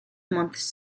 months